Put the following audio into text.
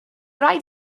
rhaid